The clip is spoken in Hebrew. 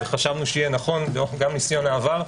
חשבנו שיהיה נכון נוכח גם ניסיון העבר,